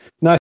Nice